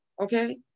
okay